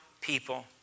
people